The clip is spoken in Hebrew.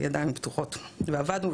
עבדנו,